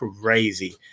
crazy